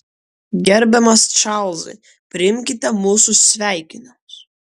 gerbiamas čarlzai priimkite mūsų sveikinimus